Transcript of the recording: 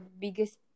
biggest